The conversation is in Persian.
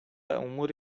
امور